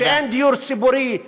שאין דיור ציבורי.